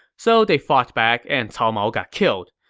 so they fought back, and cao mao got killed.